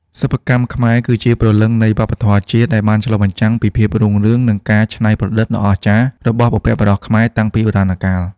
សិប្បកម្មខ្មែរគឺជាព្រលឹងនៃវប្បធម៌ជាតិ ដែលបានឆ្លុះបញ្ចាំងពីភាពរុងរឿង និងការច្នៃប្រឌិតដ៏អស្ចារ្យរបស់បុព្វបុរសខ្មែរតាំងពីបុរាណកាល។